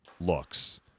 looks